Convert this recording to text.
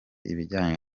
ibijyanye